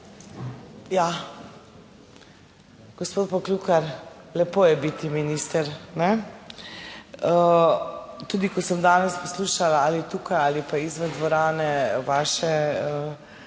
Ja, gospod Poklukar, lepo je biti minister, ne. Tudi, ko sem danes poslušala ali tukaj ali pa izven dvorane vaše